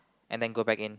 and then go back in